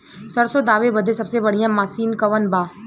सरसों दावे बदे सबसे बढ़ियां मसिन कवन बा?